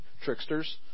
tricksters